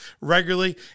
regularly